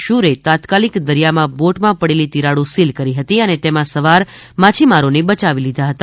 શૂરે તાત્કાલિક દરિયામાં બોટમાં પડેલી તિરાડો સીલ કરી હતી અને તેમાં સવાર માછીમારોને બચાવી લીધા હતા